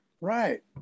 right